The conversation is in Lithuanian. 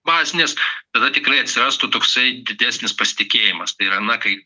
bazinis tada tikrai atsirastų toksai didesnis pasitikėjimas tai yra na kai